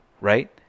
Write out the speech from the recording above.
right